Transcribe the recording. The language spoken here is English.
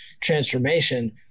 transformation